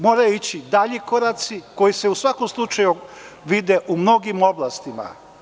Moraju ići dalji koraci koji se u svakom slučaju vide u mnogim oblastima.